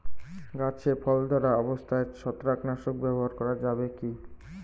গাছে ফল ধরা অবস্থায় ছত্রাকনাশক ব্যবহার করা যাবে কী?